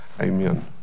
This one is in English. amen